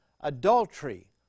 adultery